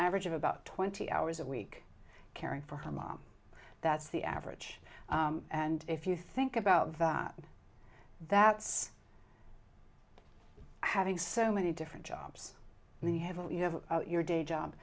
average of about twenty hours a week caring for her mom that's the average and if you think about that that's having so many different jobs and they have you know your day job